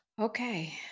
Okay